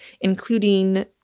including